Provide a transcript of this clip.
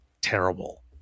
terrible